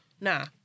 nah